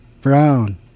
brown